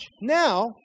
Now